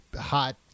hot